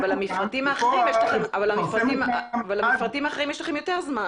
אבל למפרטים האחרים יש לכם יותר זמן.